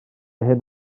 hyn